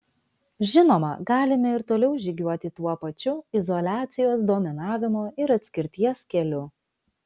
žinoma galime ir toliau žygiuoti tuo pačiu izoliacijos dominavimo ir atskirties keliu